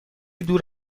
دور